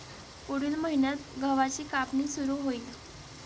पुढील महिन्यात गव्हाची कापणी सुरू होईल